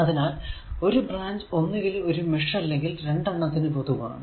അതിനാൽ ഒരു ബ്രാഞ്ച് ഒന്നുകിൽ ഒരു മെഷ് അല്ലെങ്കിൽ രണ്ടെണ്ണത്തിന് പൊതുവാണ്